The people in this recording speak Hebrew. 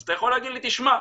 אז אתה יכול להגיד לי: תשמע,